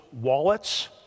wallets